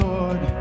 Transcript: Lord